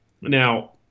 now